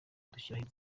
dushyiraho